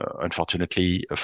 unfortunately